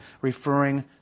referring